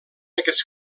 aquests